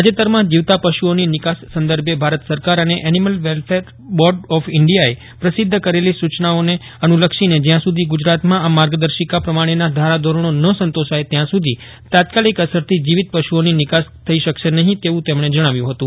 તાજેતરમાં જીવતા પશુઓની નિકાસ સંદર્ભે ભારત સરકાર અને એનીમલ વેલ્ફેર બોર્ડ ઓફ ઈન્ડીયાએ પ્રસિધ્ધ કરેલી સૂચનાઓને અનુલક્ષીને જ્યાં સુધી ગુજરાતમાં આ માર્ગદર્શીકા પ્રમાજ્ઞેના ધારા ધોરજ્ઞો ન સંતોષાય ત્યાં સુધી તાત્કાલિક અસરથી જીવીત પશુઓની નિકાસ થઈ શકશે નહી તેવું તેમજ્ઞે જજ્જાવ્યું હતું